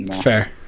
fair